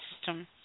system